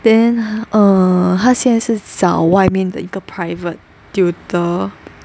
then err 他现在是找外面的一个 private tutor